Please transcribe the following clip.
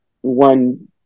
one